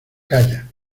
calla